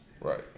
Right